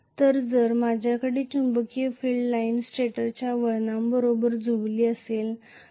तर जर माझ्याकडे चुंबकीय फील्ड लाइन स्टेटरच्या वळणा बरोबर जुळली असेल तर